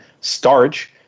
starch